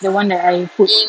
the one that I put